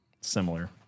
similar